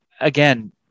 again